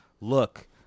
Look